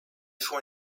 four